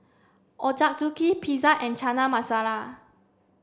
Ochazuke Pizza and Chana Masala